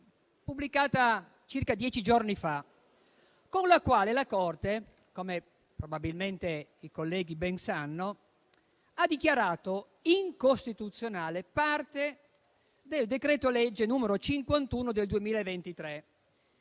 pubblicata circa dieci giorni fa, che, come probabilmente i colleghi ben sanno, ha dichiarato incostituzionale parte del decreto-legge n. 51 del 2023.